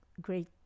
great